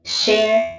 share